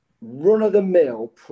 run-of-the-mill